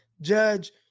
judge